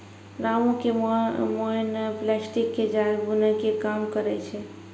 रामू के माय नॅ प्लास्टिक के जाल बूनै के काम करै छै